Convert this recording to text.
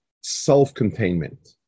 self-containment